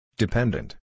Dependent